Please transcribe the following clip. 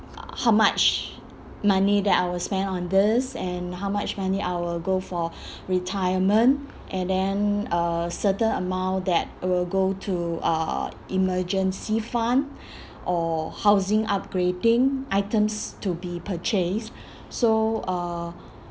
how much money that I will spend on this and how much money I will go for retirement and then a certain amount that will go to uh emergency fund or housing upgrading items to be purchased so uh